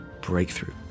breakthrough